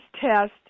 test